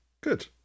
Good